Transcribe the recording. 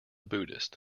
buddhist